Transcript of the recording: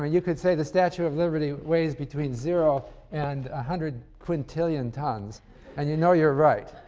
ah you could say the statute of liberty weighs between zero and a hundred quintillion tons and you know you're right.